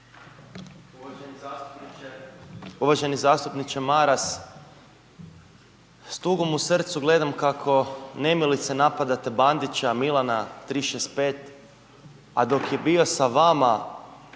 Uvaženi zastupniče, uvaženi zastupniče Maras s tugom u srcu gledam kako nemilice napadate Bandića Milana 365, a dok je bio sa vama,